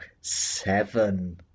Seven